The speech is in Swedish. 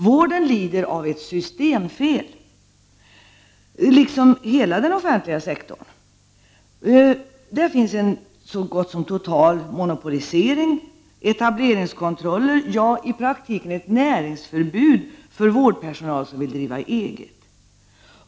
Vården lider, liksom hela den offentliga sektorn, av ett systemfel: en så gott som total monopolisering, etableringskontroller, ja, i praktiken ett näringsförbud för vårdpersonal som vill driva eget.